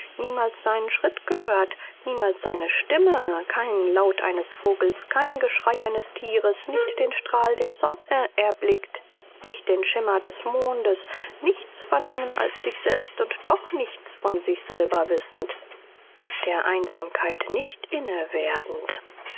niemals seinen schritt gehört niemals seine stimme keinen laut eines vogels kein geschrei eines tieres nicht den strahl der sonne erblickt nicht den schimmer des mondes nichts vernommen als sich selbst und doch nichts von sich selber wissend der einsamkeit nicht inne werdend